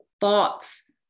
thoughts